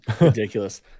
Ridiculous